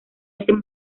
ese